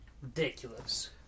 Ridiculous